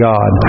God